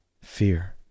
fear